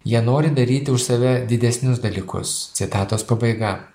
jie nori daryti už save didesnius dalykus citatos pabaiga